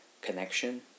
connection